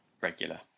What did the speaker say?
regular